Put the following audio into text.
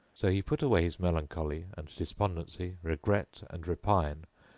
so he put away his melancholy and despondency, regret and repine,